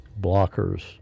blockers